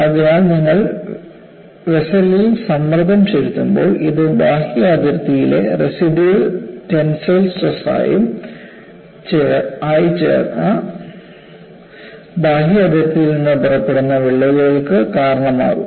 അതിനാൽ നിങ്ങൾ വെസ്സലിൽ സമ്മർദം ചെലുത്തുമ്പോൾ ഇത് ബാഹ്യ അതിർത്തിയിലെ റസിഡ്യൂവൽ ടെൻസൈൽ സ്ട്രെസ്സും ആയി ചേർന്ന് ബാഹ്യ അതിർത്തിയിൽ നിന്ന് പുറപ്പെടുന്ന വിള്ളലുകൾക്ക് കാരണമാകും